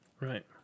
Right